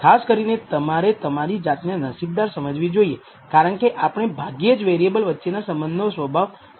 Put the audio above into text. ખાસ કરીને તમારે તમારી જાતને નસીબદાર સમજવી જોઈએ કારણકે આપણે ભાગ્યે જ વેરીએબલ વચ્ચેના સંબંધ નો સ્વભાવ જાણી શકીયે